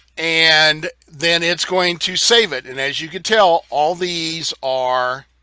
and then it's going to save it, and as you can tell, all these are